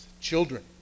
Children